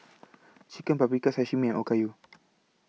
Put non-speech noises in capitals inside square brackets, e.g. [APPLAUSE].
[NOISE] Chicken Paprikas Sashimi Okayu [NOISE]